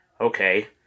Okay